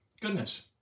Goodness